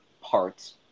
parts